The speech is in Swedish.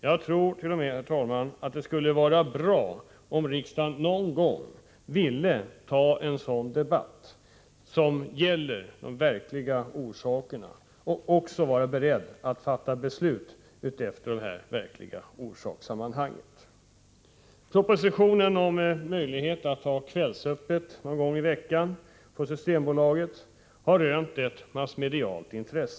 Jag tror t.o.m., herr talman, att det skulle vara bra om riksdagen någon gång ville ta upp en debatt som gäller de verkliga orsakerna och även vore beredd att fatta beslut i linje med de verkliga orsakssammanhangen. Propositionen om möjlighet att ha kvällsöppet någon gång i veckan på Systembolaget har rönt ett massmedialt intresse.